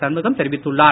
சண்முகம் தெரிவித்துள்ளார்